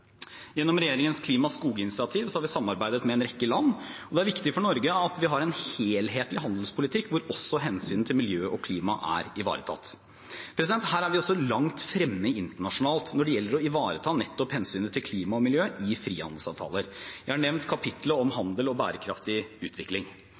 Gjennom regjeringens klima- og skoginitiativ har vi samarbeidet med en rekke land. Det er viktig for Norge at vi har en helhetlig handelspolitikk der også hensynet til miljø og klima er ivaretatt. Vi er også langt fremme internasjonalt når det gjelder å ivareta nettopp hensynet til klima og miljø i frihandelsavtaler. Jeg har nevnt kapitlet om